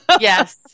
Yes